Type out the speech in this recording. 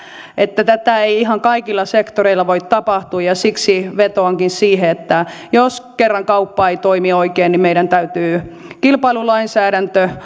että tätä ei ihan kaikilla sektoreilla voi tapahtua ja siksi vetoankin siihen että jos kerran kauppa ei toimi oikein niin meidän täytyy kilpailulainsäädäntö